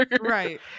Right